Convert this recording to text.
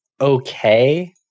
Okay